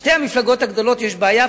לשתי המפלגות הגדולות יש בעיה,